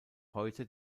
heute